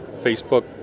Facebook